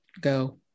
go